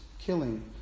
killing